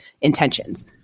intentions